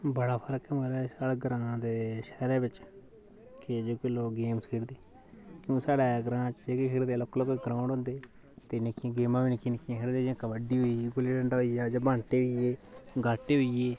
बड़ा फर्क ऐ महाराज साढ़ै ग्रांऽ ते शैह्रा बिच्च के जेह्के लोक गेम्स खेढदे हून साढ़ै ग्रांऽ च खेढदे लोह्के लोह्के ग्राउंड होंदे ते निक्कियां गेमां बी निक्कियां निक्कियां खेढदे जियां कबड्डी होई गेई गुल्ली डंडा होई गेआ बांह्टे होई गे गाह्टे होई गे